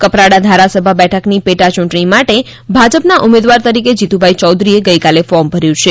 કપરાડા ધારાસભા બેઠકની પેટા ચૂંટણી માટે ભાજપના ઉમેદવાર તરીકે જીતુભાઈ ચૌધરીએ ગઇકાલે ફોર્મ ભર્યું છે